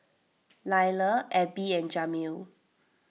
Lyla Abby and Jamil